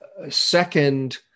second